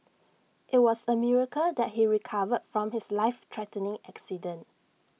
IT was A miracle that he recovered from his life threatening accident